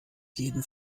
jeden